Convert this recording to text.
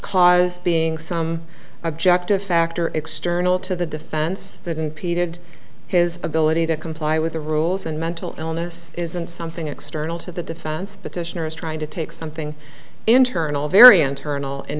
cause being some objective factor external to the defense that impeded his ability to comply with the rules and mental illness isn't something external to the defense petitioner is trying to take something internal very and turn all and